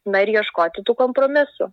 na ir ieškoti tų kompromisų